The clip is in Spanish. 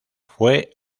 fue